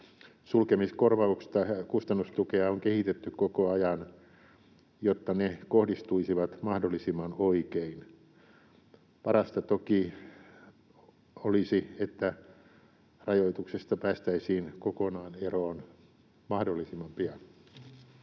Sulkemiskorvausta ja kustannustukea on kehitetty koko ajan, jotta ne kohdistuisivat mahdollisimman oikein. Parasta toki olisi, että rajoituksista päästäisiin kokonaan eroon mahdollisimman pian.